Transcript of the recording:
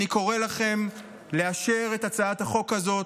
אני קורא לכם לאשר את הצעת החוק הזאת,